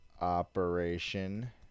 operation